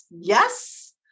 Yes